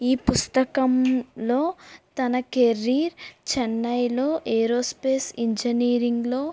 ఈ పుస్తకంలో తన కెరీర్ చెన్నైలో ఏరోస్పేస్ ఇంజనీరింగ్లో